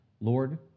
Lord